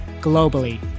globally